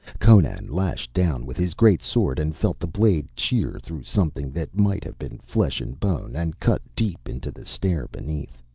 conan lashed down with his great sword and felt the blade shear through something that might have been flesh and bone, and cut deep into the stair beneath.